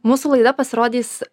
mūsų laida pasirodys